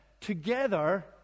together